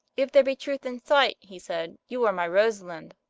if there be truth in sight, he said, you are my rosalind.